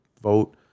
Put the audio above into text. vote